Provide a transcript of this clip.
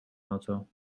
auto